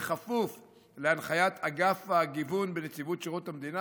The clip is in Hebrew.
כפוף להנחיית אגף הגיוון בנציבות שירות המדינה,